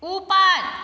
ऊपर